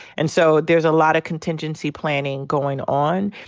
and so there's a lot of contingency planning going on.